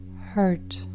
hurt